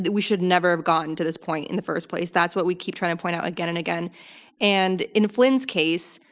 we should never have gotten to this point in the first place. that's what we keep trying to point out again and again and in flynn's case,